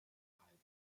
halten